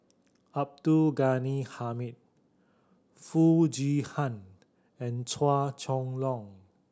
Abdul Ghani Hamid Foo Chee Han and Chua Chong Long